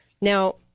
Now